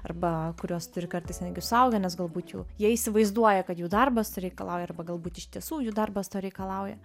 arba kurios turi kartais netgi suaugę nes galbūt jų jie įsivaizduoja kad jų darbas reikalauja arba galbūt iš tiesų jų darbas to reikalauja